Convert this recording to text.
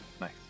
Nice